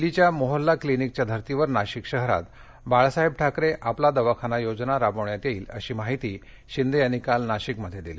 दिल्लीच्या मोहल्ला क्लिनिकच्या धर्तीवर नाशिक शहरात बाळासाहेब ठाकरे आपला दवाखाना योजना राबविण्यात येईल अशी माहिती शिंदे यांनी कालनाशिकमध्ये दिली